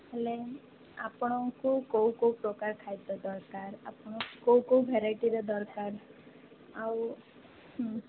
ହେଲେ ଆପଣଙ୍କୁ କୋଉ କୋଉ ପ୍ରକାରର ଖାଇବା ଦରକାର ଆପଣ କୋଉ କୋଉ ଭେରାଇଟିର ଦରକାର ଆଉ ହୁଁ